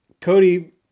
Cody